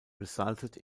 resulted